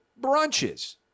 brunches